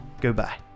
Goodbye